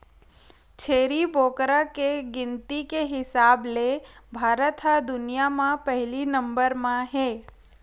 छेरी बोकरा के गिनती के हिसाब ले भारत ह दुनिया म पहिली नंबर म हे